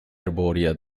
arbórea